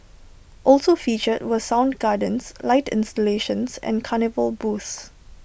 also featured were sound gardens light installations and carnival booths